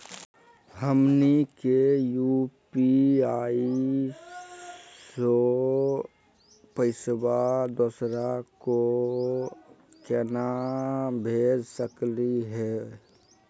हमनी के यू.पी.आई स पैसवा दोसरा क केना भेज सकली हे?